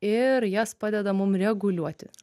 ir jas padeda mum reguliuoti